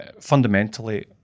fundamentally